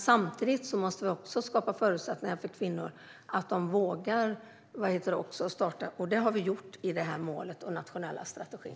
Samtidigt måste vi skapa förutsättningar för kvinnor att våga starta företag, vilket vi har gjort i målet och i den nationella strategin.